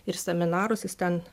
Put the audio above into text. ir seminarus jis ten